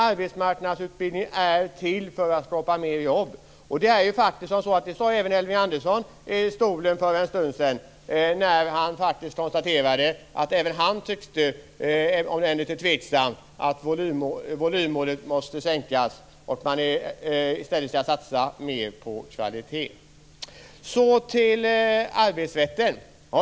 Arbetsmarknadsutbildning är till för att skapa mer jobb. Även Elving Andersson sade för en stund sedan i talarstolen att han tyckte, om än tveksamt, att volymmålet måste sänkas och att man i stället skall satsa mer på kvalitet. Sedan gäller det arbetsrätten.